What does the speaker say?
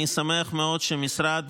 אני שמח מאוד שהמשרד